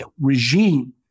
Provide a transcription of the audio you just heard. regime